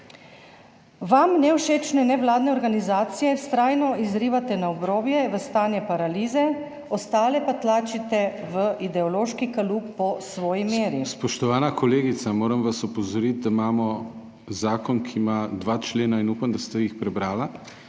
Vam nevšečne nevladne organizacije vztrajno izrivate na obrobje v stanje paralize, ostale pa tlačite v ideološki kalup po svoji meri. PODPREDSEDNIK DANIJEL KRIVEC: Spoštovana kolegica, moram vas opozoriti, da imamo zakon, ki ima dva člena in upam, da ste jih prebrala.